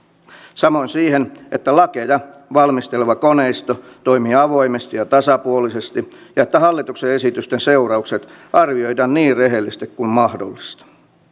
samoin siihen että lakeja valmisteleva koneisto toimii avoimesti ja tasapuolisesti ja että hallituksen esitysten seuraukset arvioidaan niin rehellisesti kuin mahdollista